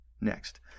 Next